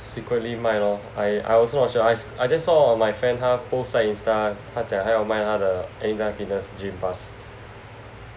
secretly 卖 lor I I also not sure I I just saw my friend 他 post 在 Insta 他讲要卖他的 err fitness gym pass